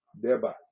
thereby